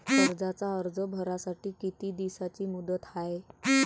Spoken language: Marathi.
कर्जाचा अर्ज भरासाठी किती दिसाची मुदत हाय?